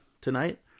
tonight